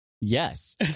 Yes